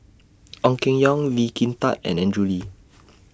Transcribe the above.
Ong Keng Yong Lee Kin Tat and Andrew Lee